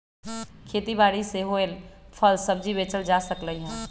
खेती बारी से होएल फल सब्जी बेचल जा सकलई ह